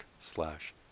slash